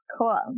Cool